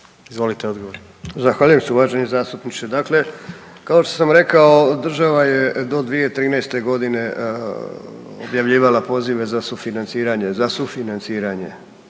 Mile (SDSS)** Zahvaljujem se uvaženi zastupniče, dakle kao što sam rekao država je do 2013. godine objavljivala pozive za sufinanciranje,